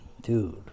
dude